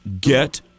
Get